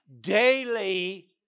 daily